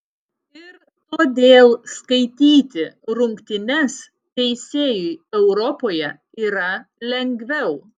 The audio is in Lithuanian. ir todėl skaityti rungtynes teisėjui europoje yra lengviau